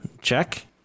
Check